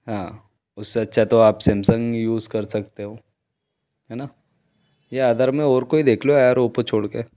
हाँ उस से अच्छा तो आप सैमसंग यूज़ कर सकते हो है ना या अदर में ओर कोई देख लो यार ओप्पो छोड़ के